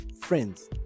friends